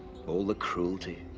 all the cruelty,